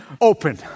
open